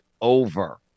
over